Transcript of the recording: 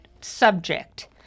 subject